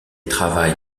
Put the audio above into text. travaille